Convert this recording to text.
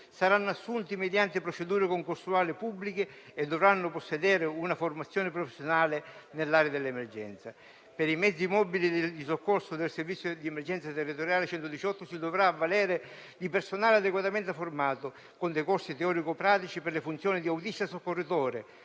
saranno assunti mediante procedure concorsuali pubbliche e dovranno possedere una formazione professionale nell'area dell'emergenza. Per i mezzi mobili di soccorso del servizio di emergenza territoriale, il 118 si dovrà avvalere di personale adeguatamente formato con dei corsi teorico-pratici per le funzioni di autista e soccorritore,